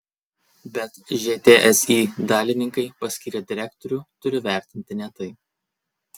bet žtsi dalininkai paskyrę direktorių turi vertinti ne tai